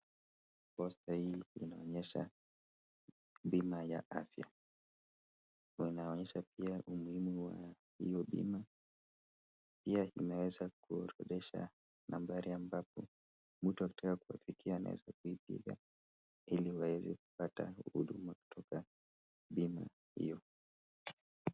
Posta hii inaonyesha bima ya afya, inaonyesha pia umuhimu wa hiyo bima, pia imeweza kuorodhesha nambari ya ambapo mtu akitaka kuwapigia anaweza kuipiga ili waweze kupata huduma kutoka bima hiyo.